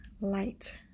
light